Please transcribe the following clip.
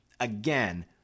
Again